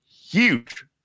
huge